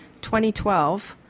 2012